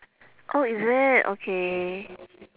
oh is it okay